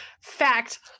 fact